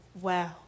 Wow